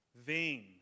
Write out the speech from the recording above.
Vain